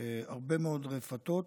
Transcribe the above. יש הרבה מאוד רפתות